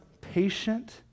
patient